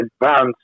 advanced